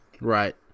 Right